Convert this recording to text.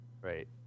Right